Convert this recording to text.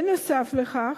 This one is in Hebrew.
בנוסף לכך,